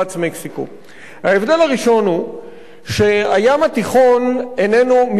ההבדל הראשון הוא שהים התיכון איננו מפרץ באוקיינוס,